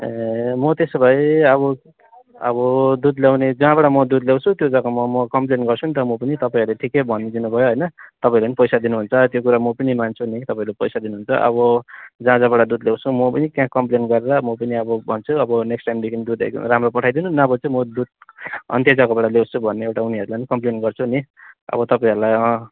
ए म त्यसो भए अब अब दुध ल्याउने जहाँबाट म दुध ल्याउँछु त्यो जग्गामा म कम्प्लेन गर्छु नि त म पनि तपाईँहरूले ठिकै भनिदिनु भयो होइन तपाईँहरूले पनि पैसा दिनुहुन्छ त्यो कुरा म पनि मान्छु नि तपाईँहरू पैसा दिनुहुन्छ अब जहाँ जहाँबा दुध ल्याउँछु म पनि त्यहाँ कम्प्लेन गरेर म पनि अब भन्छु अब नेक्स्ट टाइमदेखि दुध एकदम राम्रो पठाइदिनु नभए चाहिँ म दुध अन्त्यै जग्गाबाट ल्याउँछु भन्ने एउटा उनीहरूलाई पनि कम्प्लेन गर्छु नि अब तपाईँहरूलाई